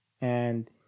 and-